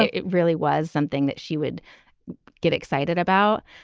it really was something that she would get excited about.